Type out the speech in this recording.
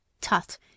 Tut